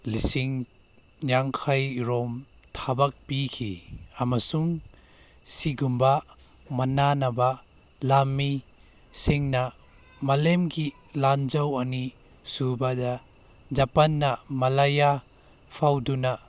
ꯂꯤꯁꯤꯡ ꯌꯥꯡꯈꯩꯔꯣꯝ ꯊꯕꯛ ꯄꯤꯈꯤ ꯑꯃꯁꯨꯡ ꯁꯤꯒꯨꯝꯕ ꯃꯥꯟꯅꯅꯕ ꯂꯥꯟꯃꯤꯁꯤꯡꯅ ꯃꯥꯂꯦꯝꯒꯤ ꯂꯥꯟꯖꯥꯎ ꯑꯅꯤꯁꯨꯕꯗ ꯖꯄꯥꯟꯗ ꯃꯂꯥꯌꯥ ꯐꯥꯎꯗꯨꯅ